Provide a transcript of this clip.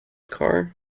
car